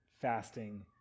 fasting